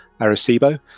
Arecibo